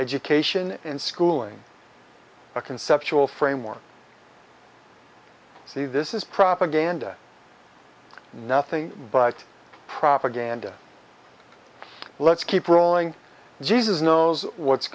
education and schooling a conceptual framework see this is propaganda nothing but propaganda let's keep rolling jesus knows what's